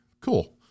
Cool